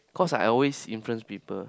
cause I always influence people